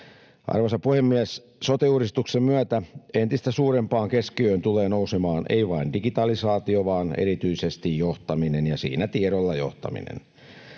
Arvoisa puhemies! Sote-uudistuksen myötä entistä suurempaan keskiöön tulee nousemaan ei vain digitalisaatio vaan erityisesti johtaminen ja siinä tiedolla johtaminen.